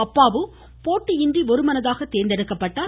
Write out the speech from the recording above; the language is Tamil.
அப்பாவு போட்டியின்றி ஒருமனதாக தோ்ந்தெடுக்கப்பட்டார்